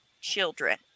children